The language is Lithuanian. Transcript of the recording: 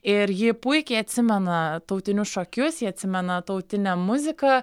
ir ji puikiai atsimena tautinius šokius ji atsimena tautinę muziką